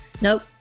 Nope